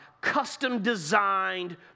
custom-designed